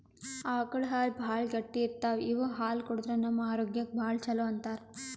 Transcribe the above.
ಆಕಳ್ ಹಾಲ್ ಭಾಳ್ ಗಟ್ಟಿ ಇರ್ತವ್ ಇವ್ ಹಾಲ್ ಕುಡದ್ರ್ ನಮ್ ಆರೋಗ್ಯಕ್ಕ್ ಭಾಳ್ ಛಲೋ ಅಂತಾರ್